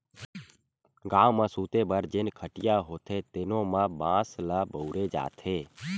गाँव म सूते बर जेन खटिया होथे तेनो म बांस ल बउरे जाथे